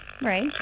Right